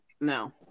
No